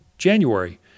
January